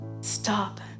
Stop